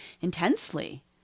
intensely